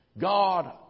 God